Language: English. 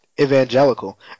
evangelical